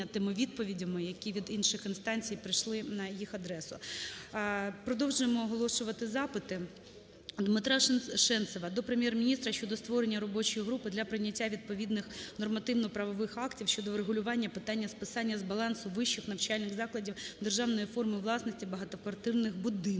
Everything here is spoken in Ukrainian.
тими відповідями, які від інших інстанцій прийшли на їх адресу. Продовжуємо оголошувати запити. ДмитраШенцева до Прем'єр-міністра щодо створення робочої групи для прийняття відповідних нормативно-правових актів щодо врегулювання питання списання з балансу вищих навчальних закладів державної форми власності багатоквартирних будинків.